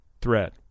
threat